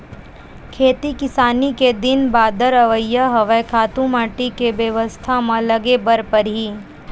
खेती किसानी के दिन बादर अवइया हवय, खातू माटी के बेवस्था म लगे बर परही